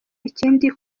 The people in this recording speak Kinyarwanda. ikindi